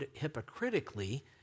hypocritically